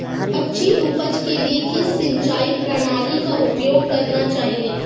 अच्छी उपज के लिए किस सिंचाई प्रणाली का उपयोग करना चाहिए?